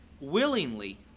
willingly